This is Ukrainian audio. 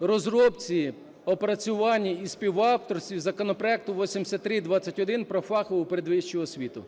розробці, опрацюванні і в співавторстві законопроекту 8321 про фахову передвищу освіту.